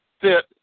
fit